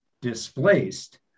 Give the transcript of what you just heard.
displaced